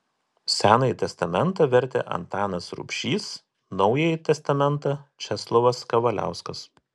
senąjį testamentą vertė antanas rubšys naująjį testamentą česlovas kavaliauskas